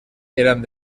eran